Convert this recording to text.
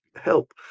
help